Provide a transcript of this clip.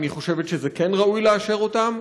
אם היא חושבת שכן ראוי לאשר אותן,